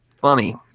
funny